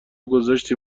گذاشتی